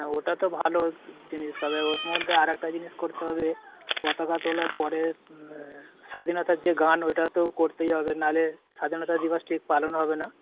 হ্যাঁ ওটা তো ভালো জিনিস পাবে ওর মধ্যে আরেকটা জিনিস করতে হবে পতাকা তোলার পরে স্বাধীনতার যে গান ওইটা তো করতেই হবে নাহলে স্বাধীনতা দিবস ঠিক পালন হবে না